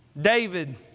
David